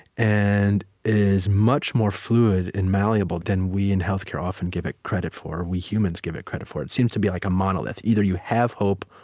and is much more fluid and malleable than we in healthcare often give it credit for, or we humans give it credit it for. it seems to be like a monolith. either you have hope,